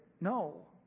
no